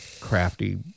crafty